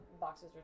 boxes